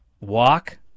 Walk